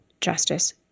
justice